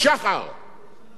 בזה?